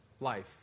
life